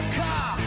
car